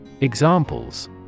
Examples